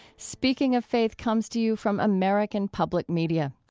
speaking of faith comes to you from american public media